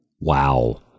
Wow